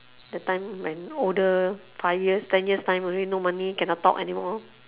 the time when older five years ten years time only no money cannot talk anymore